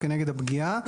כנגד הפגיעה.